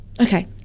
Okay